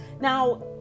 Now